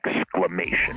Exclamation